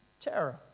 terror